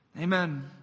Amen